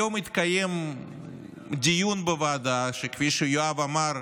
היום התקיים דיון בוועדה, שכפי שיואב אמר,